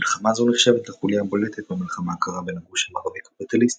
מלחמה זו נחשבת לחוליה בולטת במלחמה הקרה בין הגוש המערבי-קפיטליסטי